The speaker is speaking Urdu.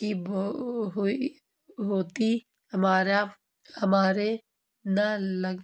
کی ہوتی ہمارا ہمارے نہ لگ